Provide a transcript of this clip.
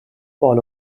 بال